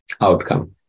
outcome